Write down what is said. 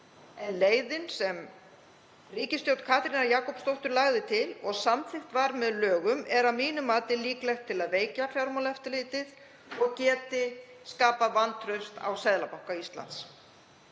en leiðin sem ríkisstjórn Katrínar Jakobsdóttur lagði til og samþykkt var með lögum er að mínu mati líkleg til að veikja Fjármálaeftirlitið og skapa vantraust á Seðlabanka Íslands.